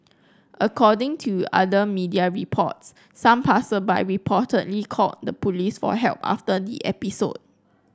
according to other media reports some passersby reportedly called the police for help after the episode